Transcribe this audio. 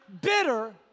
bitter